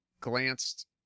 glanced